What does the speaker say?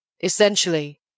Essentially